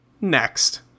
Next